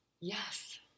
Yes